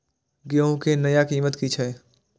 गेहूं के नया कीमत की छे?